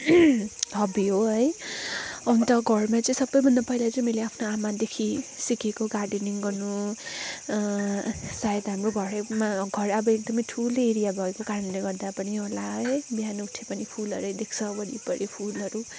hobby हो है अन्त घरमा चाहिँ सबैभन्दा पहिला चाहिँ मैले आफ्नो आमादेखि सिकेको गार्डनिङ गर्नु सायद हाम्रो घरमा घर अब एकदमै ठुलो एरिया भएको कारणले गर्दा पनि होला है बिहान उठे पनि फुलहरू देख्छ वरिपरि फुलहरू